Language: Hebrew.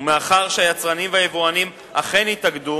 ומאחר שהיצרנים והיבואנים אכן התאגדו